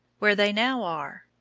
where they now are.